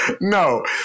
No